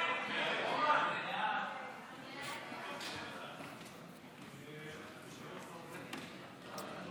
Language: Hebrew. המלצת ועדת החוץ והביטחון הזמנית בעניין